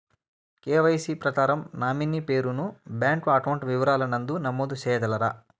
KYC ప్రకారం nominee పేరు ను బ్యాంకు అకౌంట్ వివరాల నందు నమోదు సేయగలరా?